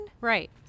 Right